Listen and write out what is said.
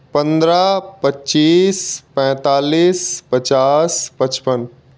पंद्रह पच्चीस पैतालीस पचास पचपन